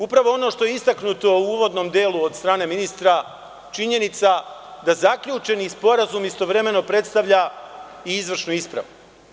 Upravo ono što je istaknuto u uvodnom delu od strane ministra, činjenica da zaključeni sporazum istovremeno predstavlja izvršnu ispravu.